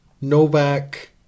Novak